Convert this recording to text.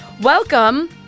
Welcome